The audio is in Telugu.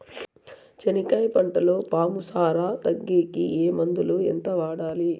చెనక్కాయ పంటలో పాము సార తగ్గేకి ఏ మందులు? ఎంత వాడాలి?